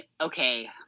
okay